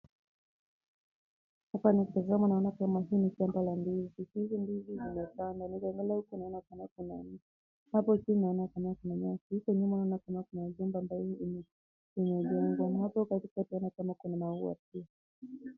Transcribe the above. Hapo nikitazama naona ni kama kuna shamba la ndizi. Ndizi hizi zimepandwa. Ukiangalia hapo nyuma naona ni kama kuna nyasi huko nyuma kuna jumba ambalo nimejengwa na hapo chini kuna maua.